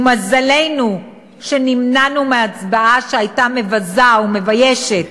ומזלנו שנמנענו מהצבעה שהייתה מבזה ומביישת